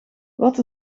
wat